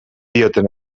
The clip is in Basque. dioten